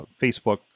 Facebook